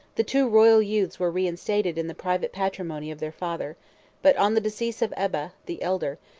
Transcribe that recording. the two royal youths were reinstated in the private patrimony of their father but on the decease of eba, the elder,